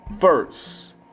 first